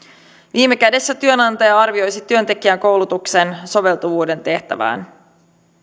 viime kädessä työnantaja arvioisi työntekijän koulutuksen soveltuvuuden tehtävään